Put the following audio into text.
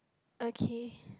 okay